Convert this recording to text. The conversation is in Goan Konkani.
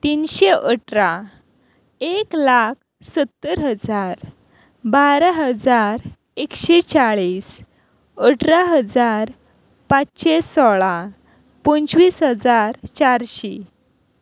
तिनशें अठरा एक लाख सत्तर हजार बारा हजार एकशें चाळीस अठरा हजार पांचशें सोळा पंचवीस हजार चारशी